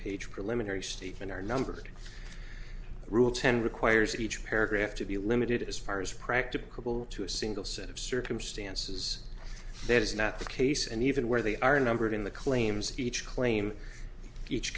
page preliminary stephen are numbered rule ten requires each paragraph to be limited as far as practicable to a single set of circumstances that is not the case and even where they are numbered in the claims each claim each